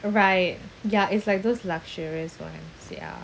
right ya it's like those luxurious [one] sia